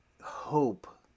hope